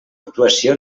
actuació